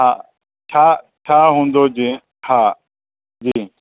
हा छा छा हूंदो जीअं हा जी